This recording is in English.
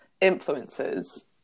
influences